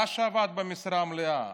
רש"י עבד במשרה מלאה,